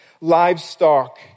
Livestock